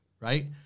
right